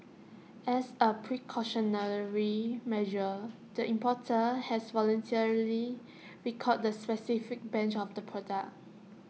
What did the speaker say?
as A precautionary measure the importer has voluntarily recalled the specific batch of the product